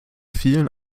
vielen